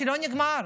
האירוע לא נגמר.